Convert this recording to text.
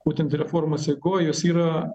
būtent reformos eigoj jo yra